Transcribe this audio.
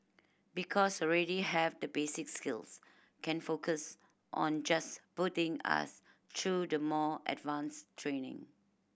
because already have the basic skills can focus on just putting us through the more advanced training